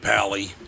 pally